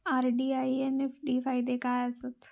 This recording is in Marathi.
आर.डी आनि एफ.डी फायदे काय आसात?